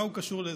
מה הוא קשור לזה?